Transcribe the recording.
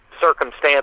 circumstance